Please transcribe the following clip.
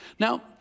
Now